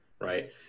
right